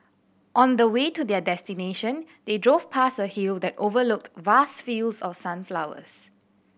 on the way to their destination they drove past a hill that overlooked vast fields of sunflowers